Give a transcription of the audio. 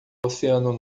oceano